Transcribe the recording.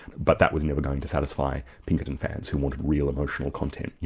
but that was never going to satisfy pinkerton, fans who wanted real emotional content.